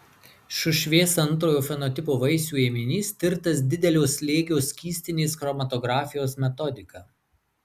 šušvės antrojo fenotipo vaisių ėminys tirtas didelio slėgio skystinės chromatografijos metodika